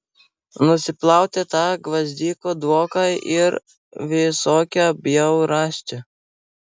nusiplauti tą gvazdikų dvoką ir visokią bjaurastį